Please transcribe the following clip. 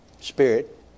spirit